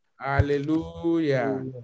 hallelujah